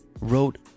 wrote